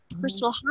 personal